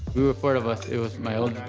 there were four of us. it was my